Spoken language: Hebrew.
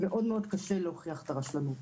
מאוד מאוד קשה להוכיח את הרשלנות.